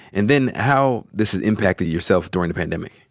and then how this has impacted yourself during the pandemic.